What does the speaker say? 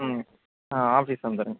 ம் ஆஃபிஸுக்கு வந்துடுங்க